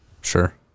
Sure